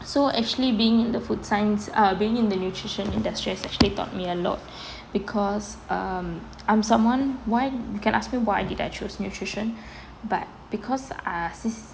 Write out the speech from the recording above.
so actually being in the food science err being in the nutrition industry has actually taught me a lot because um I'm someone why you can ask me why did I choose nutrition but because ah